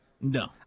No